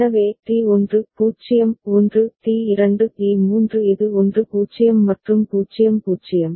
எனவே T 1 0 1 T2 T3 இது 1 0 மற்றும் 0 0